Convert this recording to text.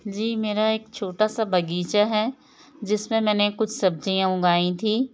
जी मेरा एक छोटा सा बगीचा है जिसमें मैंने कुछ सब्जियाँ उगाई थीं